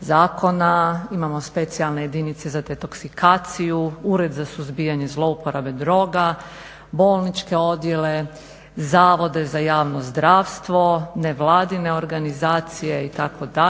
zakona, imamo specijalne jedinice za detoksikaciju, ured za suzbijanje zloupotrebe droga, bolničke odjele, zavode za javno zdravstvo, nevladine organizacije itd.,